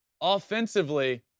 Offensively